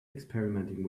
experimenting